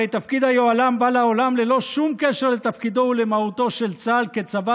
הרי תפקיד היוהל"ם בא לעולם ללא שום קשר לתפקידו ולמהותו של צה"ל כצבא